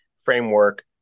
framework